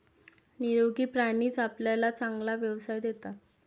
निरोगी प्राणीच आपल्याला चांगला व्यवसाय देतात